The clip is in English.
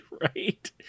Right